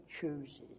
chooses